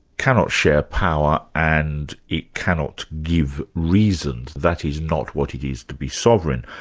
cannot share power and it cannot give reasons, that is not what it is to be sovereign,